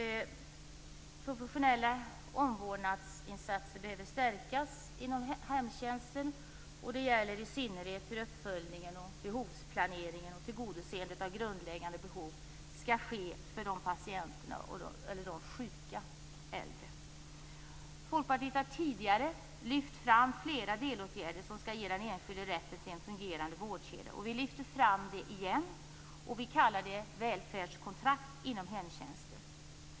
Professionella omvårdnadsinsatser behöver stärkas inom hemtjänsten, och det gäller i synnerhet hur uppföljningen, behovsplaneringen och tillgodoseendet av grundläggande behov skall ske för de sjuka äldre. Folkpartiet har tidigare lyft fram flera delåtgärder som skall ge den enskilde rätten till en fungerande vårdkedja, och vi lyfter fram detta igen. Vi kallar det välfärdskontrakt inom hemtjänsten.